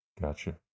Gotcha